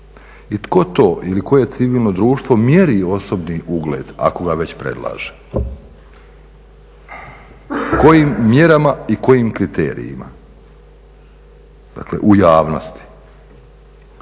I tko to ili koje civilno društvo mjeri osobni ugleda ako ga već predlaže? Kojim mjerama i kojim kriterijima dakle u javnosti?